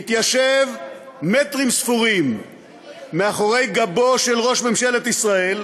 מתיישב מטרים ספורים מאחורי גבו של ראש ממשלת ישראל.